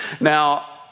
Now